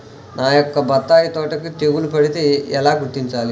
నా యొక్క బత్తాయి తోటకి తెగులు పడితే ఎలా గుర్తించాలి?